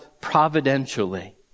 providentially